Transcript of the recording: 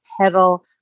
petal